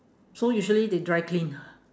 so usually they dry clean ah